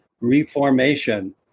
reformation